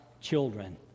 children